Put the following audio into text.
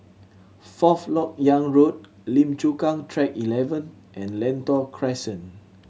Forth Lok Yang Road Lim Chu Kang Track Eleven and Lentor Crescent